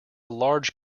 large